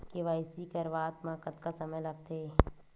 KYC करवात म कतका समय लगथे?